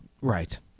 Right